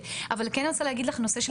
----- אני רוצה להגיד לך בנושא של